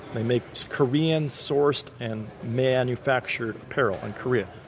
they make korean sourced and manufactured apparel in korea.